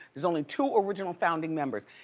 there's only two original founding members.